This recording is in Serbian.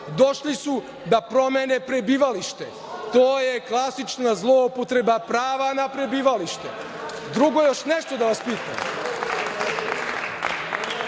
Došli su da promene prebivalište. To je klasična zloupotreba prava na prebivalište. Drugo, još nešto da vas pitam.